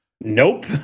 Nope